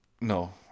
no